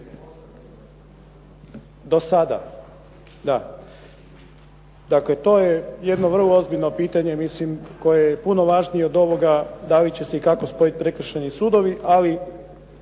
burzi. Dakle, to je jedno vrlo ozbiljno pitanje koje je puno važnije od ovoga da li će se i kako spojiti prekršajni sudovi. Ali